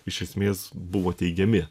iš esmės buvo teigiami